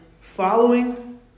following